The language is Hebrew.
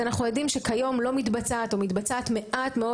אנחנו יודעים שכיום מתבצעים מעט מאוד